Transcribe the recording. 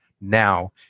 now